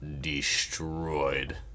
destroyed